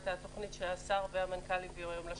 התוכנית שהשר והמנכ"ל הביאו היום לשולחן.